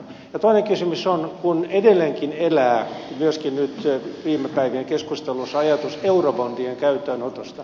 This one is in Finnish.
toinen kysymys on kun edelleenkin elää myöskin nyt viime päivien keskustelussa ajatus eurobondien käyttöönotosta